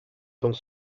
dans